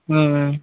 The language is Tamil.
ஆமாம் மேம்